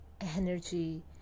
energy